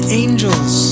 angels